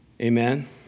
Amen